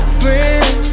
friends